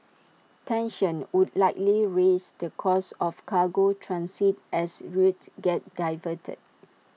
tensions would likely raise the cost of cargo transit as routes get diverted